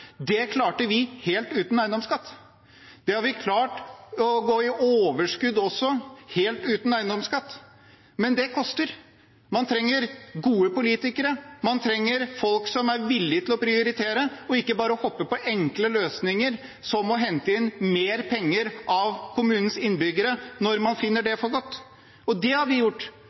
Det klarte vi helt uten eiendomsskatt. Vi har klart å gå i overskudd også helt uten eiendomsskatt. Men det koster. Man trenger gode politikere, man trenger folk som er villig til å prioritere og ikke bare hoppe på enkle løsninger som å hente inn mer penger fra kommunens innbyggere når man finner det for godt. Og det har vi gjort.